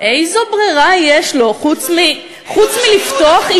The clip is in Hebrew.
יש לו, מה זאת אומרת?